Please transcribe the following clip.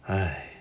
!aiya!